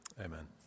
Amen